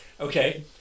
Okay